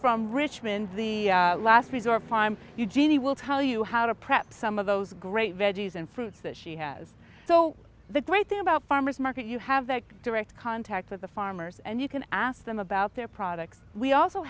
from richmond for the last resort prime eugenie will tell you how to prep some of those great veggies and fruits that she has so the great thing about farmer's market you have that direct contact with the farmers and you can ask them about their products we also